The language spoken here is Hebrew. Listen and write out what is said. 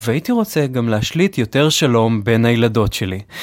והייתי רוצה גם להשליט יותר שלום בין הילדות שלי.